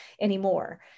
anymore